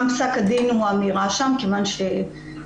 גם פסק הדין הוא אמירה כיוון שהייתה